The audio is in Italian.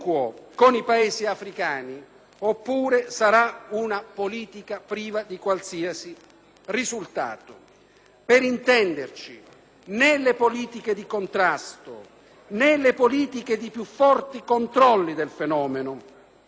Per intenderci, né le politiche di contrasto né quelle di più forti controlli del fenomeno daranno risultati se non saranno accompagnate da accordi di riammissione con i Paesi di